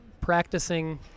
practicing